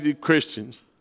Christians